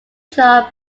job